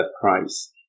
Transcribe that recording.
price